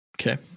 Okay